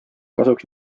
kasuks